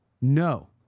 No